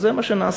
וזה מה שנעשה.